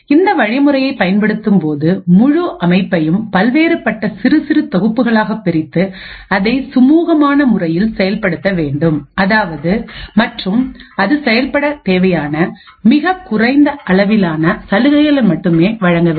இந்த வழிமுறையை பயன்படுத்தும் போது முழு அமைப்பையும் பல்வேறுபட்ட சிறு சிறு தொகுப்புகளாக பிரித்து அதை சுமூகமான முறையில் செயல்படுத்த வேண்டும் மற்றும் அது செயல்படத் தேவையான மிகக்குறைந்த அளவிலான சலுகைகளை மட்டுமே வழங்க வேண்டும்